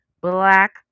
black